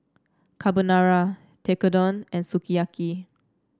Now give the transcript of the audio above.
Carbonara Tekkadon and Sukiyaki